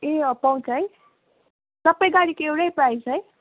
ए अँ पाउँछ है सबै गाडीको एउटै प्राइज है